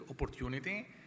opportunity